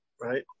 Right